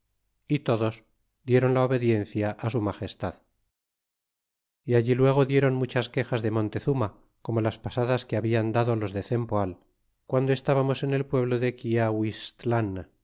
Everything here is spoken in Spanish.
y todos dieron la obediencia su magestad y allí luego dieron muchas quejas de montezuma como las pasadas que habian dado los de cempoal quande estábamos en el pueblo de